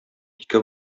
ике